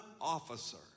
officer